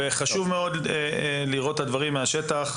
חשוב מאוד לראות את הדברים מהשטח,